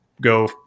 go